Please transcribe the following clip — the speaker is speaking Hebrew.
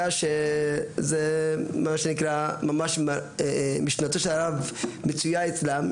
שזה מה שנקרא ממש משנתו של הרב מצויה אצלם.